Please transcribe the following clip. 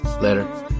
Later